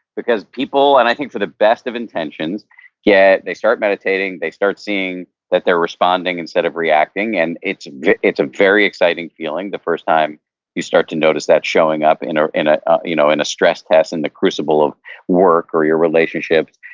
because people, and i think for the best of intentions yeah they start meditating, they start seeing that they're responding instead of reacting, and it's it's a very exciting feeling the first time you start to notice that showing up in a in ah you know in a stress test, in the crucible of work, or your relationships,